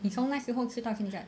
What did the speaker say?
你从那时候吃到现在 ah